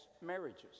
marriages